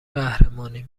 قهرمانی